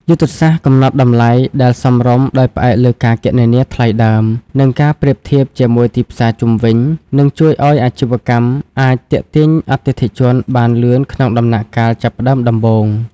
យុទ្ធសាស្ត្រកំណត់តម្លៃដែលសមរម្យដោយផ្អែកលើការគណនាថ្លៃដើម និងការប្រៀបធៀបជាមួយទីផ្សារជុំវិញ នឹងជួយឱ្យអាជីវកម្មអាចទាក់ទាញអតិថិជនបានលឿនក្នុងដំណាក់កាលចាប់ផ្ដើមដំបូង។